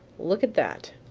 look at that.